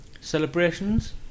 celebrations